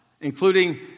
including